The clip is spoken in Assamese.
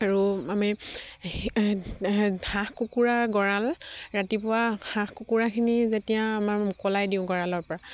আৰু আমি সেই হাঁহ কুকুৰা গঁৰাল ৰাতিপুৱা হাঁহ কুকুৰাখিনি যেতিয়া আমাৰ মোকলাই দিওঁ গঁৰালৰ পৰা